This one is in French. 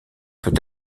peut